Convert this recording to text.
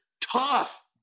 tough